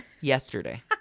Yesterday